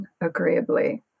agreeably